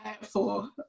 Four